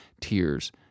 tears